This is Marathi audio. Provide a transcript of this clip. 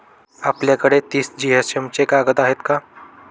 आपल्याकडे तीस जीएसएम चे कागद आहेत का?